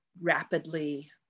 rapidly